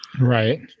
right